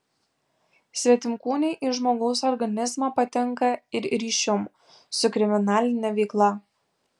svetimkūniai į žmogaus organizmą patenka ir ryšium su kriminaline veikla